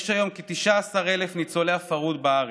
יש היום כ-19,000 ניצולי הפרהוד בארץ.